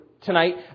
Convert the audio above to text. Tonight